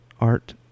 art